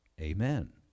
Amen